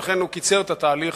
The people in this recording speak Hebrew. ולכן הוא קיצר את התהליך.